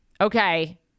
okay